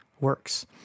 works